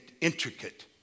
intricate